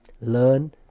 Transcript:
learn